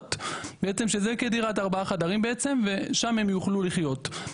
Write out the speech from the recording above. מחוברות שזו כדירת ארבעה חדרים ושם הם יוכלו לחיות.